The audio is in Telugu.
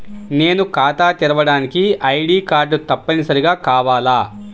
నేను ఖాతా తెరవడానికి ఐ.డీ కార్డు తప్పనిసారిగా కావాలా?